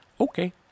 Okay